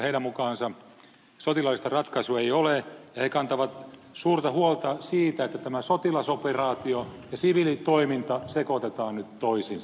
heidän mukaansa sotilaallista ratkaisua ei ole ja he kantavat suurta huolta siitä että tämä sotilasoperaatio ja siviilitoiminta sekoitetaan nyt toisiinsa